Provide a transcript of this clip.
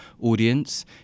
audience